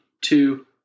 two